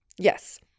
yes